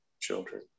children